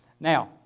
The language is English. Now